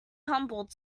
humble